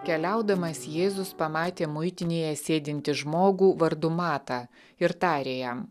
keliaudamas jėzus pamatė muitinėje sėdintį žmogų vardu matą ir tarė jam